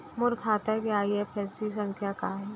मोर खाता के आई.एफ.एस.सी संख्या का हे?